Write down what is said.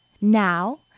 Now